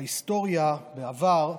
בהיסטוריה, בעבר,